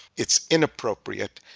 it's inappropriate,